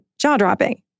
jaw-dropping